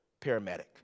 paramedic